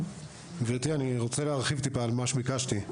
גברתי, אני רוצה להרחיב מה שביקשתי.